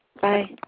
Bye